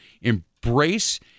Embrace